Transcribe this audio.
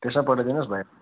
त्यसमै पठाइदिनुहोस् भइ